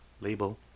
label